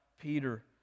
Peter